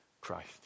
Christ